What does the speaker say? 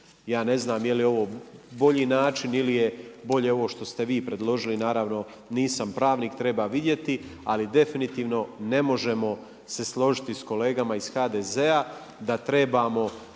Ja ne znam je li ovo bolji način ili je bolje ovo što ste vi predložili, naravno, nisam pravnik, treba vidjeti, ali definitivno ne možemo se složiti sa kolegama iz HDZ-a da trebaju